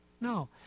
No